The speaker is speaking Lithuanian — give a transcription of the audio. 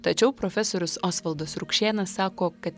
tačiau profesorius osvaldas rukšėnas sako kad